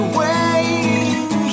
waiting